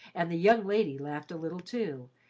and the young lady laughed a little too,